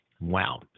Wow